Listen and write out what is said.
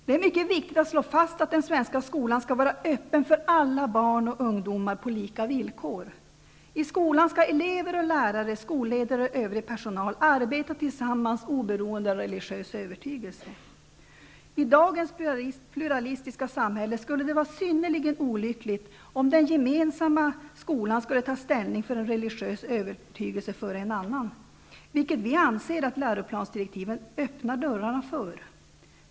Det är mycket viktigt att slå fast att den svenska skolan skall vara öppen för alla barn och ungdomar på lika villkor. I skolan skall elever, lärare, skolledare och övrig personal arbeta tillsammans, oberoende av religiös övertygelse. I dagens pluralistiska samhälle skulle det vara synnerligen olyckligt om man i den gemensamma skolan skulle ta ställning för en religiös övertygelse före en annan, vilket vi anser att läroplansdirektiven öppnar dörrar för.